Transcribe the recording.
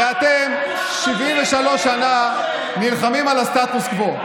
הרי אתם 73 שנה נלחמים על הסטטוס קוו,